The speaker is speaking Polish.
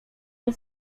nie